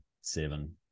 seven